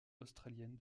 australienne